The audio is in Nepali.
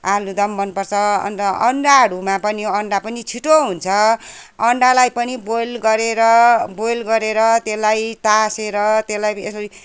आलुदम मनपर्छ अन्त अन्डाहरूमा पनि अन्डा पनि छिटो हुन्छ अन्डालाई पनि बोयल गरेर बोयल गरेर त्यसलाई तासेर त्यसलाई यसरी